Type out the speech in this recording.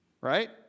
Right